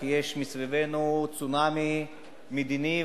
כי יש סביבנו צונאמי מדיני,